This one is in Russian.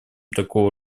такого